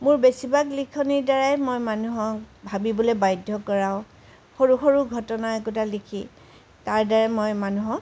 মোৰ বেছিভাগ লিখনিৰ দ্বাৰাই মই মানুহক ভাবিবলৈ বাধ্য কৰাওঁ সৰু সৰু ঘটনা একোটা লিখি তাৰ দ্বাৰাই মই মানুহক